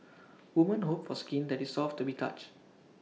women hope for skin that is soft to be touch